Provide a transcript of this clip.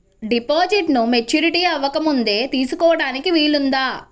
డిపాజిట్ను మెచ్యూరిటీ అవ్వకముందే తీసుకోటానికి వీలుందా?